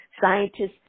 scientists